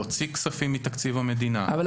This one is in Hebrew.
להוציא כספים מתקציב המדינה --- אבל